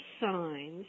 signs